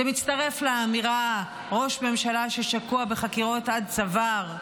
זה מצטרף לאמירה: ראש ממשלה ששקוע בחקירות עד צוואר,